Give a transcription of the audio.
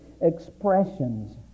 expressions